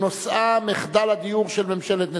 ונושאה: מחדל הדיור של ממשלת נתניהו,